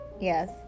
Yes